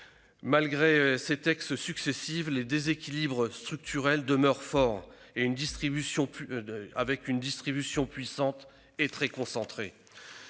de textes successifs, les déséquilibres structurels demeurent forts, avec une distribution puissante et très concentrée.